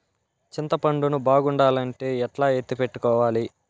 చింతపండు ను బాగుండాలంటే ఎట్లా ఎత్తిపెట్టుకోవాలి?